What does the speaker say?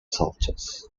soldiers